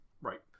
Right